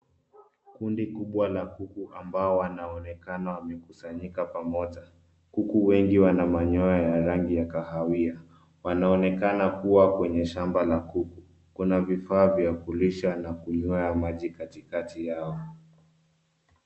Kundi kubwa la kuku ambao wanaonekana wamekusanyika pamoja. Kuku wengi wana manyoya ya rangi ya kahawia. Wanaonekana kuwa kwenye shamba la kuku. Kuna vifaa vya kulisha na kunywea maji katikati yao.